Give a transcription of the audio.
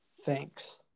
thanks